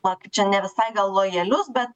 na kaip čia ne visai gal lojalius bet